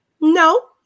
No